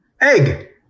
Egg